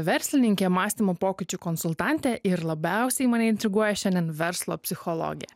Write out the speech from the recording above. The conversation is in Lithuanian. verslininkė mąstymo pokyčių konsultantė ir labiausiai mane intriguoja šiandien verslo psichologė